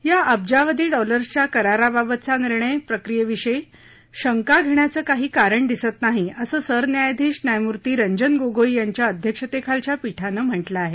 या अब्जावधी डॉलर्सच्या कराराबाबतचा निर्णय प्रक्रियेविषयी शंका घेण्याचं काही कारण दिसत नाही असं सरन्यायाधीश न्यायमूर्ती रंजन गोगोई यांच्या अध्यक्षतेखालच्या पीठांन म्हटलं आहे